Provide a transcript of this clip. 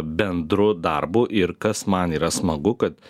bendru darbu ir kas man yra smagu kad